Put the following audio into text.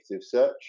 search